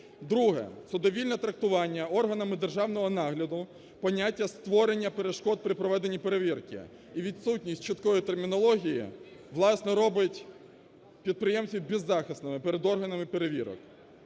Друге, це довільне трактування органами державного нагляду поняття створення перешкод при проведенні перевірки і відсутність чіткої термінології, власне, робить підприємців беззахисними перед органами перевірок.